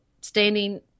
standing